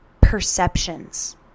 perceptions